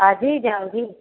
अभी जाओगी